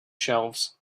shelves